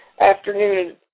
afternoon